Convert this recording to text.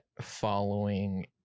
following